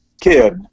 kid